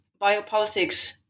biopolitics